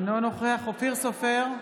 אינו נוכח אופיר סופר,